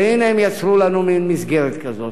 והנה הם יצרו לנו מין מסגרת כזו.